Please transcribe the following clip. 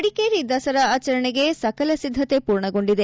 ಮಡಿಕೇರಿ ದಸರಾ ಆಚರಣೆಗೆ ಸಕಲ ಸಿದ್ದತೆ ಪೂರ್ಣಗೊಂಡಿದೆ